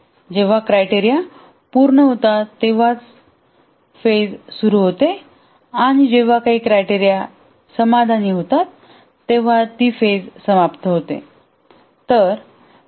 जेव्हा क्रायटेरिया पूर्ण होतात तेव्हाच टप्पा सुरू होतो आणि जेव्हा काही क्रायटेरिया समाधानी होतात तेव्हा टप्पा समाप्त होतो